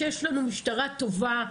יש לנו משטרה טובה,